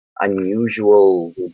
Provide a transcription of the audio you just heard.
unusual